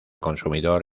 consumidor